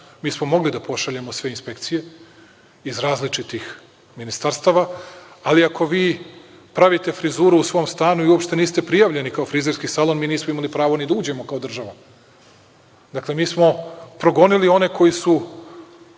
mi smo mogli da pošaljemo sve inspekcije iz različitih ministarstava, ali ako vi pravite frizuru u svom stanu i uopšte niste prijavljeni kao frizerski salon, mi nismo imali pravo da uđemo kao država. Dakle, mi smo progonili one koji su